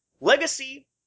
Legacy